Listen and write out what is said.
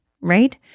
right